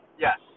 Yes